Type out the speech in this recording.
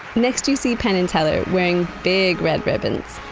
next, you see penn and teller wearing big red ribbons.